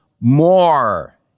more